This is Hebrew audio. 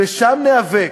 ושם ניאבק,